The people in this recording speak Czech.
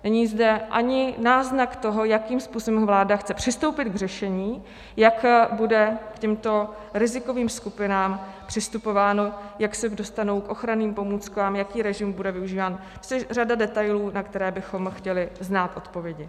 Není zde ani náznak toho, jakým způsobem vláda chce přistoupit k řešení, jak bude k těmto rizikovým skupinám přistupováno, jak se dostanou k ochranným pomůckám, jaký režim bude využíván, což je řada detailů, na které bychom chtěli znát odpovědi.